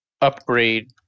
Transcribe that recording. upgrade